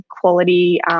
quality